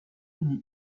uni